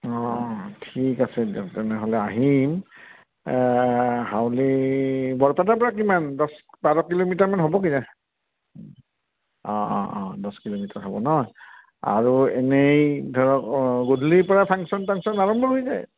অঁ ঠিক আছে দিয়ক তেনেহ'লে আহিম হাউলী বৰপেটাৰ পৰা কিমান দহ বাৰ কিলোমিটাৰমান হ'ব কিজানি অঁ অঁ অঁ দহ কিলোমিটাৰ হ'ব ন আৰু এনেই ধৰক অঁ গধূলিৰ পৰা ফাংশ্যন তাংশ্যন আৰম্ভ হৈ যায়